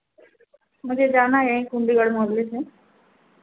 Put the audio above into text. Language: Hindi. मुझे जाना है कुंदीगढ़ मोहल्ले से